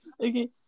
Okay